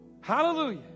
Hallelujah